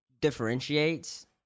differentiates